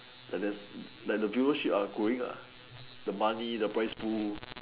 like the like the viewership are going up the money the price pool